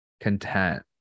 content